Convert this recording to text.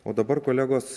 o dabar kolegos